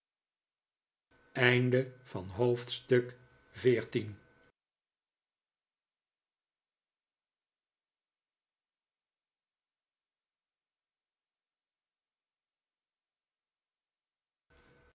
snaren van het